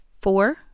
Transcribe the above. four